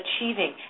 achieving